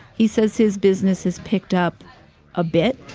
he says his business has picked up a bit.